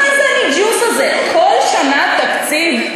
מה זה הניג'וס הזה, כל שנה תקציב?